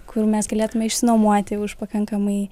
kur mes galėtume išsinuomoti už pakankamai